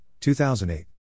2008